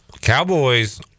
Cowboys